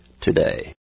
today